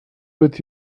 with